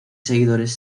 seguidores